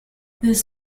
this